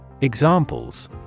Examples